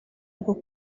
rwo